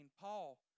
Paul